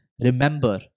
remember